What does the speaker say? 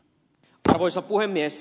arvoisa puhemies